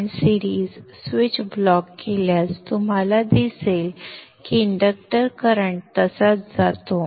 पण series switch block केल्यास तुम्हाला दिसेल की इंडक्टर करंट तसाच जातो